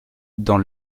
dans